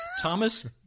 Thomas